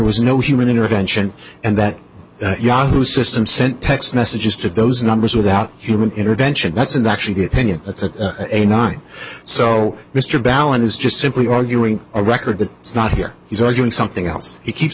was no human intervention and that yahoo system sent text messages to those numbers without human intervention that's an actually get tenure that's a nine so mr ballen is just simply arguing a record that it's not here he's arguing something else he keeps